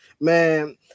Man